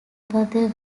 brother